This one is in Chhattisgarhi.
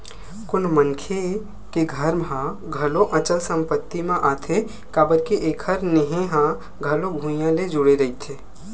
कोनो मनखे के घर ह घलो अचल संपत्ति म आथे काबर के एखर नेहे ह घलो भुइँया ले जुड़े रहिथे